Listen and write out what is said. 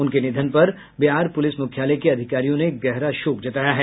उनके निधन पर बिहार पुलिस मुख्यालय के अधिकारियों ने गहरा शोक जताया है